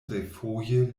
refoje